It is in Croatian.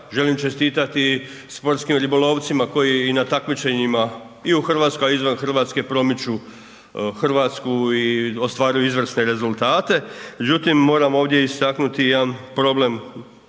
Želim čestitati sportskim ribolovcima koji i na takmičenjima i u Hrvatskoj, a i izvan Hrvatske promiču Hrvatsku i ostvaruju izvrsne rezultate. Međutim, moram ovdje istaknuti jedan problem